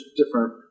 different